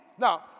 Now